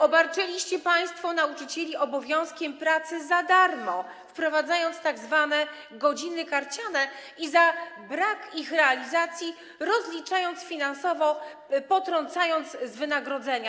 Obarczyliście państwo nauczycieli obowiązkiem pracy za darmo, wprowadzając tzw. godziny karciane i za brak ich realizacji rozliczając finansowo, potrącając z wynagrodzenia.